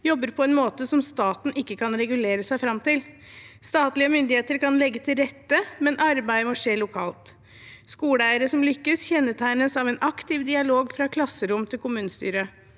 jobber på en måte som staten ikke kan regulere seg frem til. Statlige myndigheter kan legge til rette, men arbeidet må skje lokalt. Skoleeiere som lykkes, kjennetegnes av en aktiv dialog fra klasserom til kommunestyre.